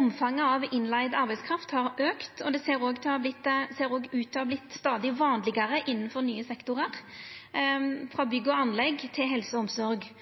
Omfanget av innleigd arbeidskraft har økt, og det ser også ut til å ha vorte stadig vanlegare innanfor nye sektorar – frå bygg